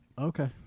Okay